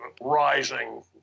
rising